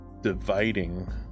Dividing